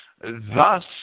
Thus